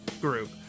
group